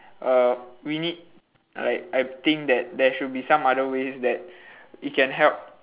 uh we need like I think that there should be some other ways that it can help